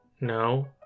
No